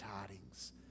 tidings